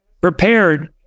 prepared